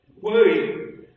worry